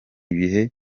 ibihe